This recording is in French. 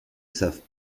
savent